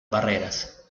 barreras